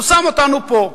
הוא שם אותנו פה.